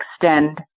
extend